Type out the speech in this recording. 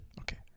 Okay